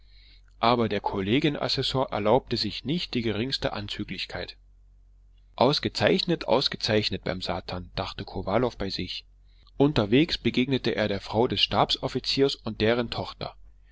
aber der kollegien assessor erlaubte sich nicht die geringste anzüglichkeit ausgezeichnet ausgezeichnet beim satan dachte kowalow bei sich unterwegs begegnete er der frau des stabsoffiziers und deren tochter